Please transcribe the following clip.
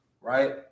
right